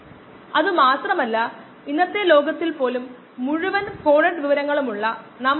അതിനാൽ xv യിൽ നിന്ന് xv യിൽ നിന്ന് പ്രാപ്യമായ കോശങ്ങളുടെ സാന്ദ്രത കുറയുന്നതിന് ആവശ്യമായ സമയം കാണുന്നതിനുളള സമവാക്യമാണ്